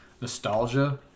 nostalgia